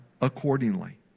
accordingly